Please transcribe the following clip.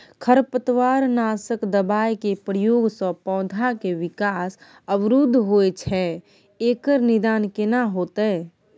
खरपतवार नासक दबाय के प्रयोग स पौधा के विकास अवरुध होय छैय एकर निदान केना होतय?